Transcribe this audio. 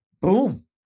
Boom